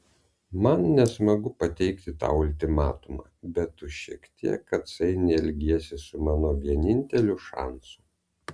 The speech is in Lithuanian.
man nesmagu pateikti tau ultimatumą bet tu šiek tiek atsainiai elgiesi su mano vieninteliu šansu